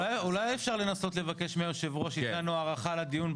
אולי אפשר לנסות לבקש מהיו"ר שייתן הארכה לדיון,